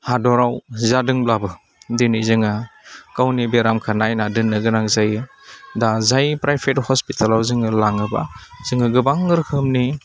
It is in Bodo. हादराव जादोंब्लाबो दिनै जोङो गावनि बेरामखौ नायना दोन्नो गोनां जायो दा जाय प्राइभेट हस्पिटालाव जोङो लाङोबा जोङो गोबां रोखोमनि